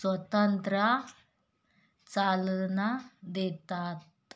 स्वातंत्र्याला चालना देतात